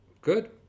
good